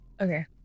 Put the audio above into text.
Okay